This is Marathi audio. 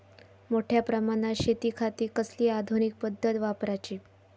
मोठ्या प्रमानात शेतिखाती कसली आधूनिक पद्धत वापराची?